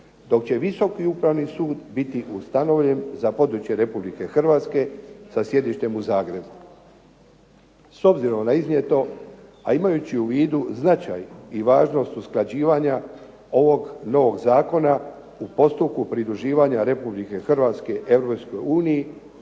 dok će Visoki upravni sud biti ustanovljen za područje Republike Hrvatske sa sjedištem u Zagrebu. S obzirom na iznijeto, a imajući u vidu značaj i važnost usklađivanja ovog novog zakona u postupku pridruživanja Republike Hrvatske